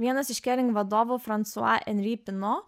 vienas iš kering vadovų fransua enri pino